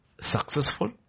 successful